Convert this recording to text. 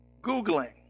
Googling